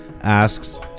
asks